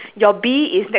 so your bee